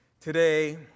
Today